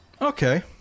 Okay